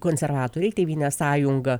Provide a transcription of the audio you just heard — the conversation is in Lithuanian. konservatoriai tėvynės sąjunga